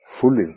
fully